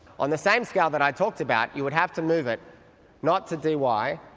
on the same scale that i talked about you would have to move it not to dee why,